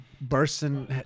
Bursting